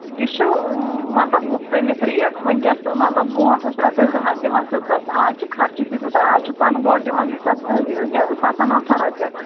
یہِ چھُ مطلب مُختلف ریٹ وٕنکیٚس مطلب برونٛٹھ ٲسۍ رۄپیَس زٕ ہَتھ دِوَان سٕژَس آز چھُ خرچہِ تہِ تیوٗتاہ آز چھُ پَن گوٹ یِوان سَتَن ٲٹھن رۄپیَن